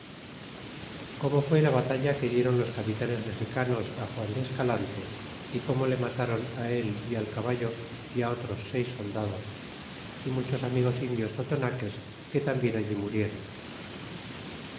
como fud la batalla que dieron los capitanes mexicanos juan de escalante y como le mataron dl y al caballo y otros seis soldados y muchos amigos indios totonagnes que tambien allí murieron